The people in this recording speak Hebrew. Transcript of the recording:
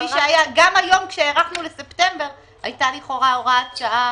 כפי שהיה גם היום כשהארכנו לספטמבר היתה לכאורה הוראת שעה-